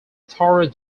thorough